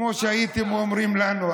כמו שהייתם אומרים לנו,